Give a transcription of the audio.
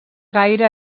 gaire